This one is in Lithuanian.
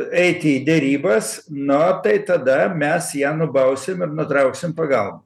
eiti į derybas na tai tada mes ją nubausim ir nutrauksim pagalb